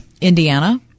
Indiana